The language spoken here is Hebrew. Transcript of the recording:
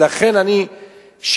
לכן אני שיפרתי,